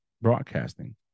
broadcasting